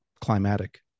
climatic